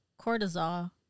cortisol